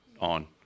on